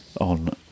On